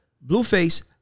Blueface